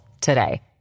today